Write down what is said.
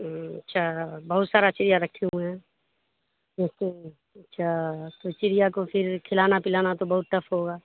اچھا بہت سارا چڑیا رکھی ہوئے ہیں اچھا تو چڑیا کو پھر کھلانا پلانا تو بہت ٹف ہوگا